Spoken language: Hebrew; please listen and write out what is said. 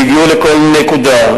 שהגיעו לכל נקודה,